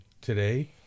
today